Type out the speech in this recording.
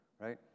right